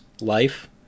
life